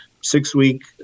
six-week